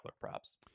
props